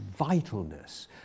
vitalness